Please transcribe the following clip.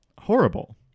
Horrible